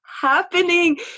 happening